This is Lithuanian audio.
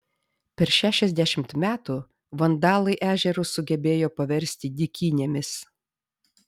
per šešiasdešimt metų vandalai ežerus sugebėjo paversti dykynėmis